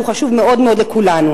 שהוא חשוב מאוד לכולנו,